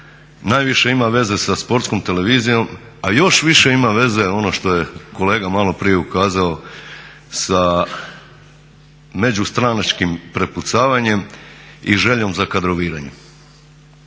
najviše ima veze sa Sportskom televizijom, a još više ima veze ono što je kolega maloprije ukazao sa međustranačkim prepucavanjem i željom za kadroviranjem.